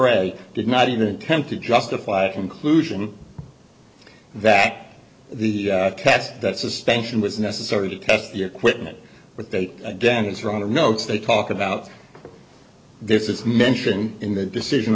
already did not even attempt to justify a conclusion that the cast that suspension was necessary to test the equipment but then again it's wrong the notes they talk about this is mentioned in the decision